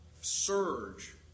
surge